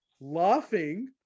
laughing